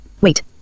Wait